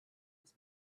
was